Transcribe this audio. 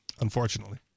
Unfortunately